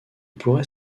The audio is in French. pourrait